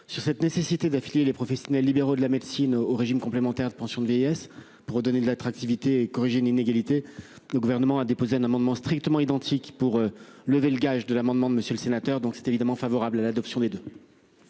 sur la nécessité d'affilier les professionnels libéraux de la médecine aux régimes complémentaires de pensions de vieillesse, pour redonner de l'attractivité et corriger une inégalité. Le Gouvernement a déposé un amendement strictement identique pour lever le gage et rendre celui de M. le sénateur recevable. Quel est l'avis de